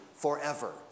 Forever